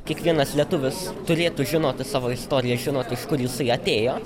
kiekvienas lietuvis turėtų žinoti savo istoriją žinot iš kur jisai atėjo